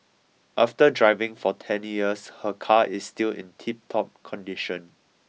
after driving for ten years her car is still in tiptop condition